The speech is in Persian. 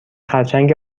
خرچنگ